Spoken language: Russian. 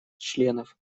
членов